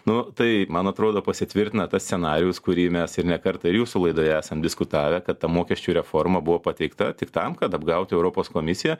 nu tai man atrodo pasitvirtina tas scenarijus kurį mes ir ne kartą ir jūsų laidoje esam diskutavę kad ta mokesčių reforma buvo pateikta tik tam kad apgauti europos komisiją